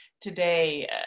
today